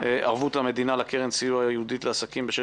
ערבות מדינה לקרן סיוע ייעודית לעסקים בשל